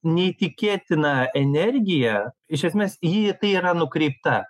neįtikėtina energija iš esmės ji į tai yra nukreipta